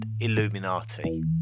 illuminati